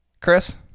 Chris